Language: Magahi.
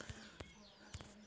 हम लाइट के बिल केना जमा करबे?